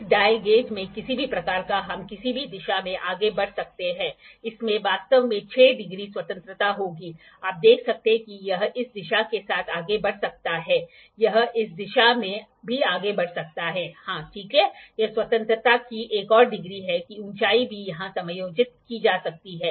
किस dial gauge में किसी भी प्रकार का हम किसी भी दिशा में आगे बढ़ सकते हैं इसमें वास्तव में 6 डिग्री स्वतंत्रता होगी आप देख सकते हैं कि यह इस दिशा के साथ आगे बढ़ सकता है यह इस दिशा में भी आगे बढ़ सकता है हाँ ठीक है यह स्वतंत्रता की एक और डिग्री है कि ऊंचाई भी यहां समायोजित की जा सकती है